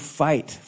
fight